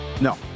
No